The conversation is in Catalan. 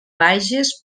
bages